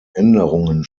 änderungen